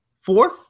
fourth